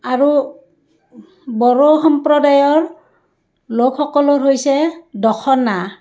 আৰু বড়ো সম্প্ৰদায়ৰ লোকসকলৰ হৈছে দখনা